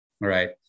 right